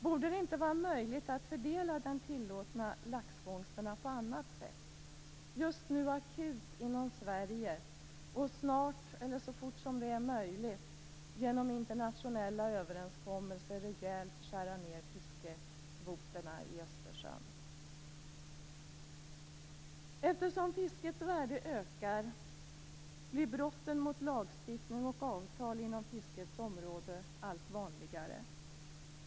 Borde det inte vara möjligt att fördela de tillåtna laxfångsterna på annat sätt - just nu akut inom Sverige och snart, eller så fort som det är möjligt, genom internationella överenskommelser skära ned kvoterna rejält i Östersjön? Eftersom fiskets värde ökar blir brotten mot lagstiftning och avtal inom fiskets området allt vanligare.